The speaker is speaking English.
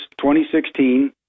2016